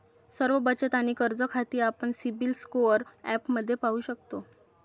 सर्व बचत आणि कर्ज खाती आपण सिबिल स्कोअर ॲपमध्ये पाहू शकतो